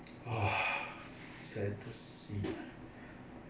oh ah sad to see ah